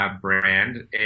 brand